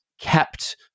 kept